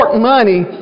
money